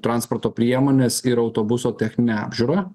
transporto priemonės ir autobuso techninę apžiūrą